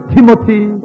Timothy